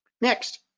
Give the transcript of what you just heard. Next